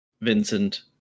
Vincent